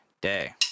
day